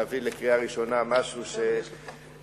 להביא לקריאה ראשונה משהו שבשבילי,